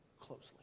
closely